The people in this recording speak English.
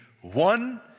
one